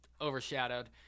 overshadowed